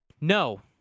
No